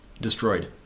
destroyed